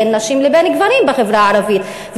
בין נשים לבין גברים בחברה הערבית,